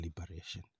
liberation